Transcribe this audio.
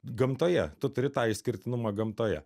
gamtoje tu turi tą išskirtinumą gamtoje